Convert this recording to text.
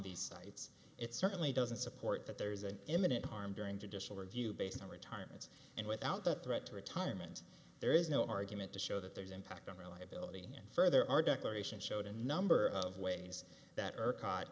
these sites it certainly doesn't support that there is an imminent harm during traditional review based on retirements and without the threat to retirement there is no argument to show that there's impact on reliability and further our declaration showed a number of ways that are caught